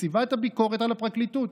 נציבת הביקורת על הפרקליטות.